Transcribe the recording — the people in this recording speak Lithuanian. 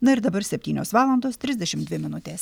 na ir dabar septynios valandos trisdešimt dvi minutės